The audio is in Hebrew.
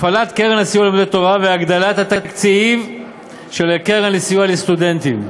הפעלת קרן הסיוע ללומדי תורה והגדלת התקציב של הקרן לסיוע לסטודנטים,